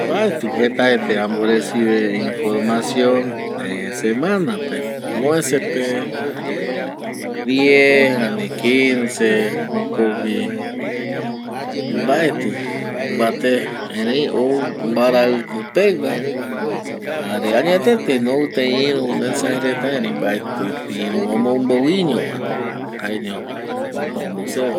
Mbaeti je ta ete ˂hesitation˃ amboresive información semana pe amovese pe diez ani quince jokogüi mbaeti vate ou varaviki pegua jare añetete ou tei iru mensaje reta erei mbaeti iru omombo iño va jaeño jokua ombou seve va se ai a pe jau vaera pupe vae jaema pupe vae aiporu